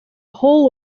whole